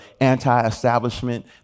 anti-establishment